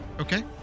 okay